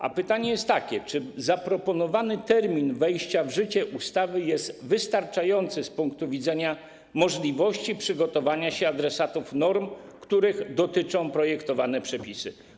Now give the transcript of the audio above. A pytanie jest takie: Czy zaproponowany termin wejścia w życie ustawy jest wystarczający z punktu widzenia możliwości przygotowania się adresatów norm, których dotyczą projektowane przepisy?